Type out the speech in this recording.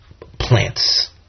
plants